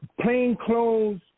plainclothes